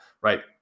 right